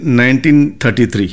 1933